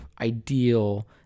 ideal